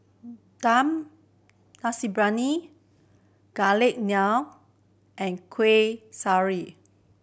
Dum Briyani Garlic Naan and Kueh Syara